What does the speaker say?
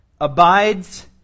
abides